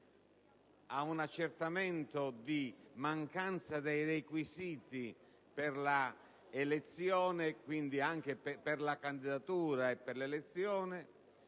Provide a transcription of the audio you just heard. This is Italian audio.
a un accertamento di mancanza dei requisiti per la candidatura e per l'elezione